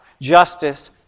Justice